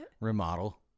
Remodel